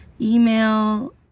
email